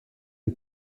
une